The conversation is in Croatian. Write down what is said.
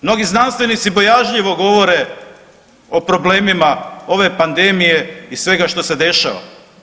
Mnogi znanstvenici bojažljivo govore o problemima ove pandemije i svega što se dešava.